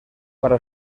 para